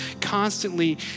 constantly